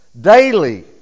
daily